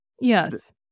Yes